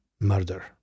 murder